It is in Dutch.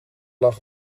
lag